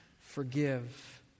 forgive